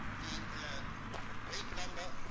the great number,